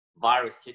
virus